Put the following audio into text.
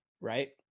right